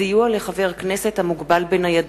סיוע לחבר כנסת המוגבל בניידות.